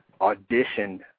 auditioned